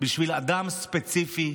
בשביל אדם ספציפי,